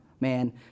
man